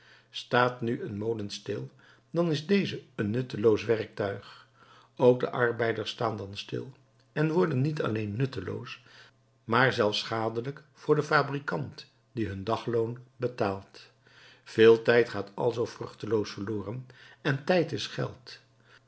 staat nu een molen stil dan is deze een nutteloos werktuig ook de arbeiders staan dan stil en worden niet alleen nutteloos maar zelfs schadelijk voor den fabrikant die hun dagloon betaalt veel tijd gaat alzoo vruchteloos verloren en tijd is geld